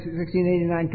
1689